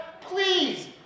please